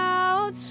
out